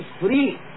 free